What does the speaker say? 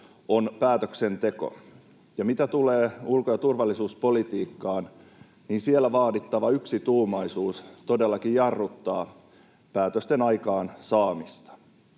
on päätöksenteko. Ja mitä tulee ulko- ja turvallisuuspolitiikkaan, niin siellä vaadittava yksituumaisuus todellakin jarruttaa päätösten aikaansaamista.